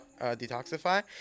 detoxify